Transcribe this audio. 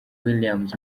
williams